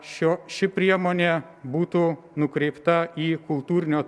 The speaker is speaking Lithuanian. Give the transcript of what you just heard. šio ši priemonė būtų nukreipta į kultūrinio